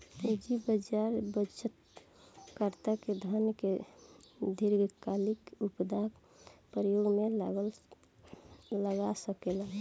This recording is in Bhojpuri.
पूंजी बाजार बचतकर्ता के धन के दीर्घकालिक उत्पादक उपयोग में लगा सकेलन